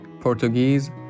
Portuguese